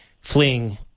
fleeing